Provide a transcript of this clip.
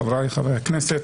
חבריי חברי הכנסת,